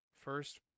first